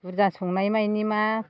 बुरजा संनाय माने मा